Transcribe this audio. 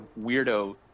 weirdo